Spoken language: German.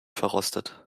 verrostet